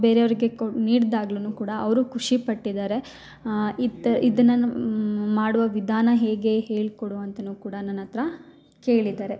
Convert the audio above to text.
ಬೇರೆಯವರಿಗೆ ಕೊ ನೀಡ್ದಾಗ್ಲುನು ಕೂಡ ಅವರು ಖುಷಿ ಪಟ್ಟಿದಾರೆ ಇತ್ತು ಇದನ್ನ ಮಾಡುವ ವಿಧಾನ ಹೇಗೆ ಹೇಳ್ಕೊಡು ಅಂತನು ಕೂಡ ನನ್ನ ಹತ್ರ ಕೇಳಿದ್ದಾರೆ